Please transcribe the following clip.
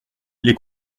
les